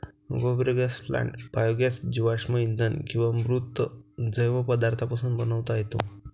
गोबर gas plant biogas जीवाश्म इंधन किंवा मृत जैव पदार्थांपासून बनवता येतो